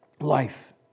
Life